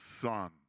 son